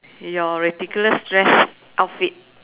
your ridiculous dress outfit